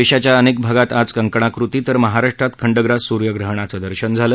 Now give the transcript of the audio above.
देशाच्या अनेक भागात आज कंकणाकृती तर महाराष्ट्रात खंडग्रास स्र्यग्रहणाचं दर्शन झालं